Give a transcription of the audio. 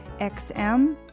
xm